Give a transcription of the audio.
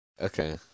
Okay